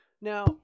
Now